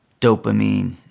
dopamine